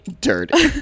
Dirty